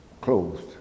closed